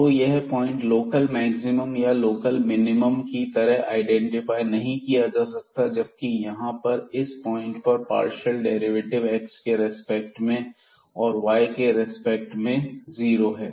तो यह point local maximum या लोकल मिनिमम की तरह आईडेंटिफाई नहीं किया जा सकता जबकि यहां पर इस पॉइंट पर पार्शियल डेरिवेटिव x के रेस्पेक्ट में और y के रेस्पेक्ट में जीरो हैं